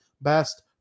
best